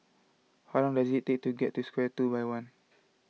how long does it take to get to Square two by one